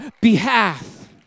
behalf